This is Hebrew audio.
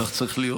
כך צריך להיות.